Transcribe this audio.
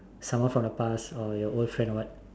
someone from the past or your old friend or what